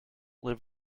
live